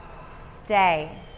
Stay